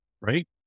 right